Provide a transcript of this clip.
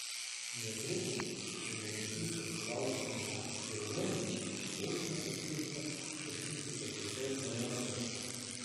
netrukus pilnametystės sulauksiančiam jaunuoliui bausmę paskirta atlikti pataisos namuose